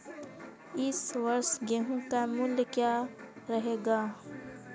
इस वर्ष गेहूँ का मूल्य क्या रहेगा?